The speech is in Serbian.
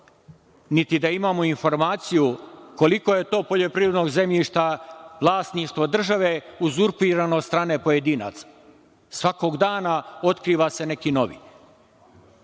niti da imamo informaciju koliko je to poljoprivrednog zemljišta, vlasništvo države, uzurpirano od strane pojedinaca. Svakog dana otkriva se neki novi.